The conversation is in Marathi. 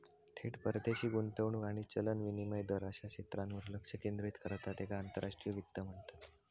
थेट परदेशी गुंतवणूक आणि चलन विनिमय दर अश्या क्षेत्रांवर लक्ष केंद्रित करता त्येका आंतरराष्ट्रीय वित्त म्हणतत